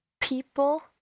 People